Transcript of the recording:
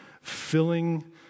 filling